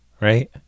right